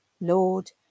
Lord